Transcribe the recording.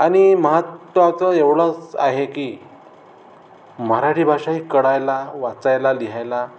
आणि महत्त्वाचं एवढंच आहे की मराठी भाषा ही कळायला वाचायला लिहायला